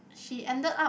she ended up